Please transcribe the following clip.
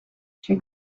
she